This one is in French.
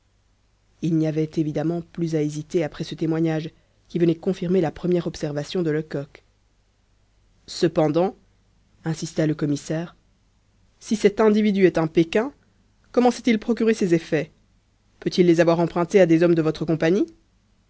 il n'y avait évidemment plus à hésiter après ce témoignage qui venait confirmer la première observation de lecoq cependant insista le commissaire si cet individu est un pékin comment s'est-il procuré ces effets peut-il les avoir empruntés à des hommes de votre compagnie